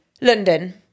London